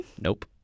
Nope